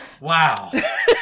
Wow